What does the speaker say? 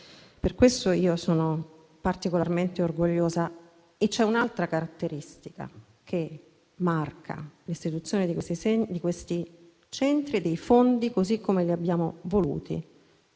per questo sono particolarmente orgogliosa. C'è un'altra caratteristica che marca l'istituzione di questi centri e dei fondi così come li abbiamo voluti.